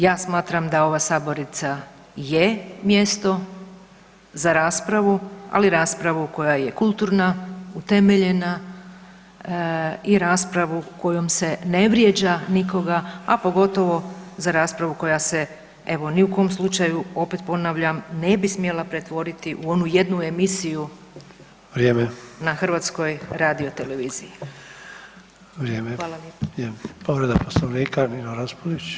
Ja smatram da ova sabornica je mjesto za raspravu, ali raspravu koja je kulturna, utemeljena i raspravu kojom se ne vrijeđa nikoga, a pogotovo za raspravu koja se evo ni u kom slučaju opet ponavljam ne bi smjela pretvoriti u onu jednu emisiju [[Upadica Sanader: Vrijeme.]] na HRT-u.